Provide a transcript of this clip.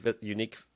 unique